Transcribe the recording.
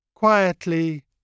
Quietly